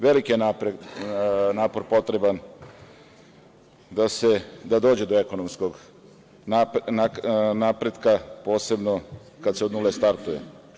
Veliki je napor potreban da dođe do ekonomskog napretka, posebno kad se od nule startuje.